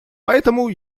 поэтому